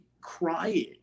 crying